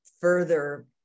further